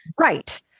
Right